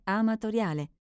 amatoriale